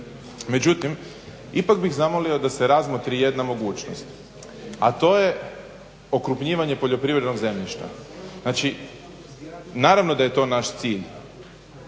Međutim ipak bih zamolio da se razmotri jedna mogućnost, a to je okrupnjivanje poljoprivrednog zemljišta. Znači naravno da je to naš cilj,